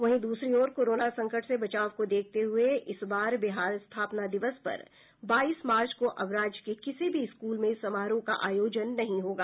वहीं दूसरी ओर कोरोना संकट से बचाव को देखते हुए इस बार बिहार स्थापन दिवस पर बाईस मार्च को अब राज्य के किसी भी स्कूल में समारोह का आयोजन नहीं होगा